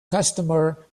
customer